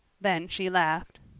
then she laughed.